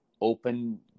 open